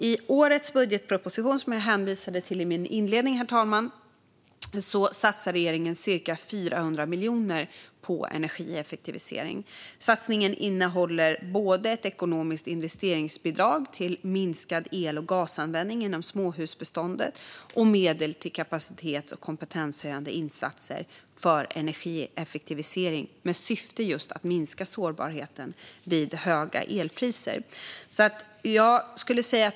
I årets budgetproposition, som jag hänvisade till i interpellationssvaret, herr talman, satsar regeringen cirka 400 miljoner på energieffektivisering. Satsningen innehåller både ett ekonomiskt investeringsbidrag till minskad el och gasanvändning inom småhusbeståndet och medel till kapacitets och kompetenshöjande insatser för energieffektivisering med syfte just att minska sårbarheten vid höga elpriser.